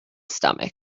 stomach